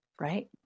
right